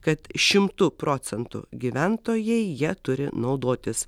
kad šimtu procentų gyventojai ja turi naudotis